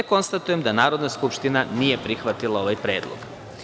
Konstatujem da Narodna skupština nije prihvatila ovaj predlog.